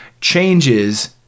changes